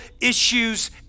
issues